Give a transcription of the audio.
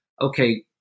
okay